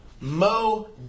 Mo